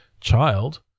child